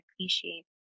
appreciate